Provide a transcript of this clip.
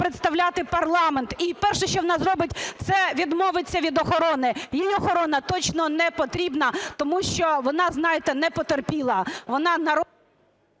представляти парламент. І перше, що вона зробить, це відмовиться від охорони. Їй охорона точно не потрібна, тому що вона, знаєте, не потерпіла, вона…